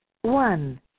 One